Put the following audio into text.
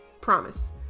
promise